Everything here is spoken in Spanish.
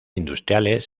industriales